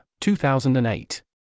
2008